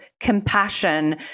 compassion